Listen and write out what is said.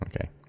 okay